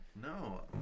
No